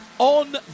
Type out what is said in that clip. On